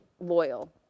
loyal